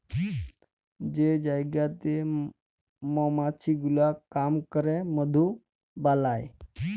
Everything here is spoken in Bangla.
যে জায়গাতে মমাছি গুলা কাম ক্যরে মধু বালাই